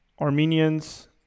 Armenians